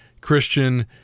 Christian